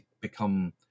become